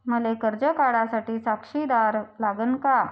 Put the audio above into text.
मले कर्ज काढा साठी साक्षीदार लागन का?